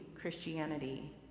Christianity